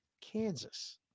Kansas